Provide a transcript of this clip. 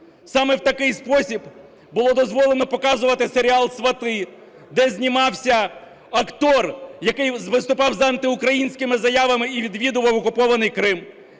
Саме в такий спосіб було дозволено показувати серіал "Свати", де знімався актор, який виступав з антиукраїнськими заявами і відвідував окупований Крим.